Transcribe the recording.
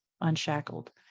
unshackled